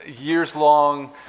years-long